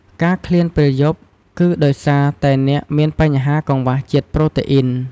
ការឃ្លាននៅពេលយប់គឺដោយសារតែអ្នកមានបញ្ហាកង្វះជាតិប្រូតេអ៊ីន។